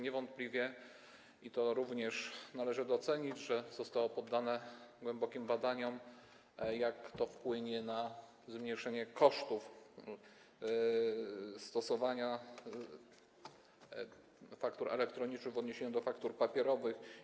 Niewątpliwie, i to również należy docenić, zostało poddane głębokim badaniom, jak to wpłynie na zmniejszenie kosztów stosowania faktur elektronicznych w porównaniu do stosowania faktur papierowych.